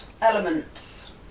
elements